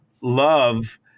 Love